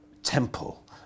Temple